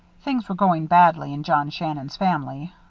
things were going badly in john shannon's family.